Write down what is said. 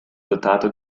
dotato